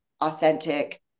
authentic